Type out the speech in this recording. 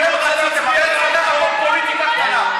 אני רוצה, פוליטיקה קטנה.